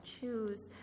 choose